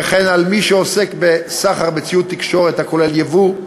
וכן על מי שעוסק בסחר בציוד תקשורת הכולל ייבוא,